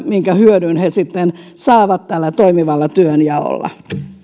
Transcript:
minkä hyödyn ne sitten saavat tällä toimivalla työnjaolla